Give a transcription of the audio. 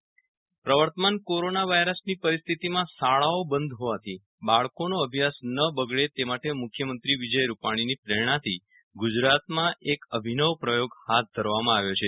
Viral Rana online શિક્ષણ પ્રવર્તમાન corona વાયરસની પરિસ્થિતિમાં શાળાઓ બંધ હોવાથી બાળકોનો અભ્યાસ ન બગડે તે માટે મુખ્યમંત્રી વિજય રૂપાણીની પ્રેરણાથી ગુજરાતમાં એક અભિનવ પ્રયોગ હાથ ધરવામાં આવ્યો છે